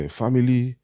family